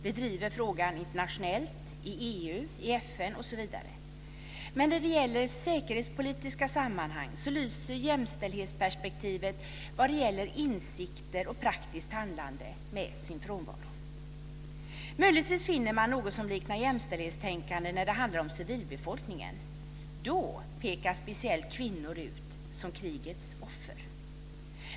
Vi driver frågan internationellt i EU, i FN, osv. Men när det gäller säkerhetspolitiska sammanhang lyser jämställdhetsperspektivet vad gäller insikter och praktiskt handlande med sin frånvaro. Möjligtvis finner man något som liknar jämställdhetstänkande när det handlar om civilbefolkningen. Då pekas speciellt kvinnor ut som krigets offer.